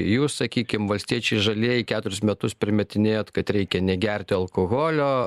jūs sakykim valstiečiai žalieji keturis metus primetinėjat kad reikia negerti alkoholio